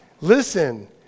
listen